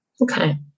Okay